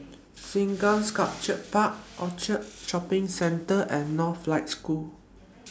Sengkang Sculpture Park Orchard Shopping Centre and Northlight School